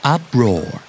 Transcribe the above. Uproar